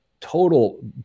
Total